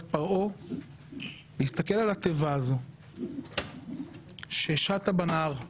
פרעה להסתכל על התיבה הזו ששטה בנהר,